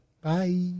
Bye